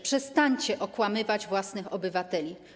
Przestańcie okłamywać własnych obywateli.